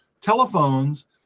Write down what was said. telephones